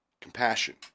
compassion